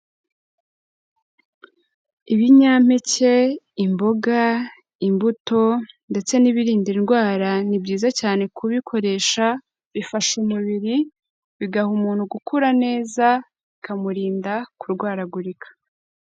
Ibinyampeke, imboga, imbuto ndetse n'ibirinda indwara, ni byiza cyane kubikoresha, bifasha umubiri, bigaha umuntu gukura neza, bikamurinda kurwaragurika.